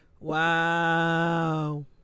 Wow